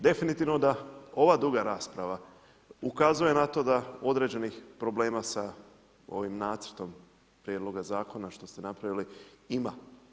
Definitivno da ova duga rasprava ukazuje na to da određenih problema sa ovim nacrtom Prijedloga zakona što ste napravili ima.